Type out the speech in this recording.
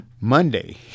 Monday